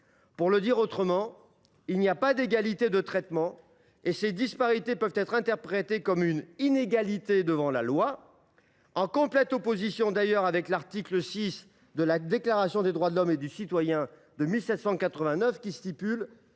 Pour le dire autrement, il n’y a pas d’égalité de traitement. Ces disparités peuvent même être interprétées comme une inégalité devant la loi, en complète opposition à l’article 6 de la Déclaration des droits de l’homme et du citoyen de 1789, qui dispose